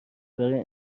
برای